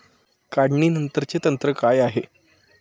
काढणीनंतरचे तंत्र काय आहे?